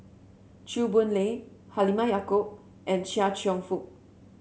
Chew Boon Lay Halimah Yacob and Chia Cheong Fook